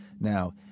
Now